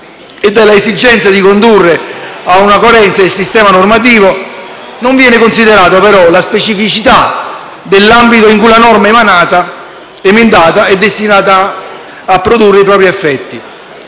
dall’esigenza di condurre a una coerenza il sistema normativo, non viene considerata però la specificità dell’ambito in cui la norma emendata è destinata a produrre i propri affetti